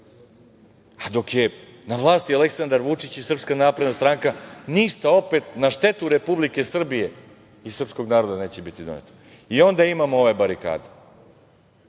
A, dok je na vlasti Aleksandar Vučić i SNS ništa opet na štetu Republike Srbije i srpskog naroda neće biti doneto. I onda imamo ove barikade. Sada